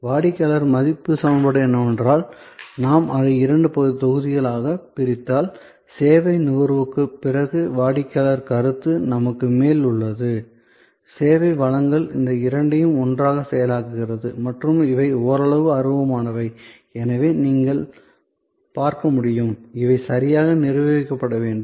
வாடிக்கையாளர் மதிப்பு சமன்பாடு என்னவென்றால் நாம் அதை இரண்டு தொகுதிகளாகப் பிரித்தால் சேவை நுகர்வுக்குப் பிறகு வாடிக்கையாளர் கருத்து நமக்கு மேல் உள்ளது சேவை வழங்கல் இந்த இரண்டையும் ஒன்றாகச் செயலாக்குகிறது மற்றும் இவை ஓரளவு அருவமானவை எனவே நீங்கள் பார்க்க முடியும் இவை சரியாக நிர்வகிக்கப்பட வேண்டும்